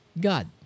God